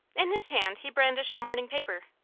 in his hand he brandished a morning paper.